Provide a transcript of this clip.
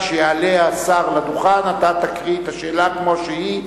כשיעלה השר לדוכן אתה תקריא את השאלה כמו שהיא,